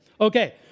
Okay